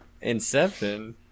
Inception